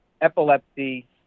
epilepsy